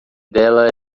dela